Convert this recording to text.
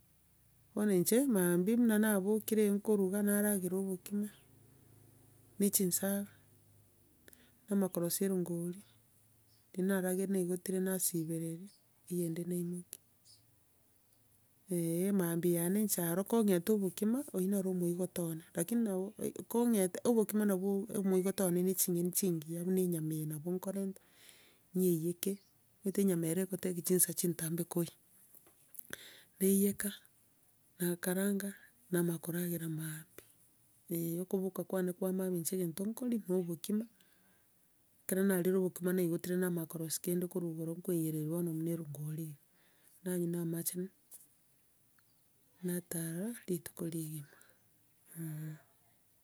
Bono inche, maambia buna nabokeri, nkoruga naragera obokima, na chinsaga, namanya korosia erongori, riria narageire naigoteri, nasibereria, eyende naimokia, mambia yane inche aro kong'enta obokima, oiyo noro omoigoto one, lakini nabo kong'ete, obokima nabwo omoigoto one na enching'eni chingiya buna enyama eye nabo nkorenta, nyeiyeke, omanyete enyama ero, egoteki chinsa chintabe koiya, naiyeka, nakaranga, namanya koragera maambia, eh, okoboka kwane kwa maambia nche egento nkoria na obokima. Ekero narire obokima naigotire namanya korosia kende korwa igoro koiyereria bono buna erongori iga. Nanywa na amache, natara, rituko rigima, eh.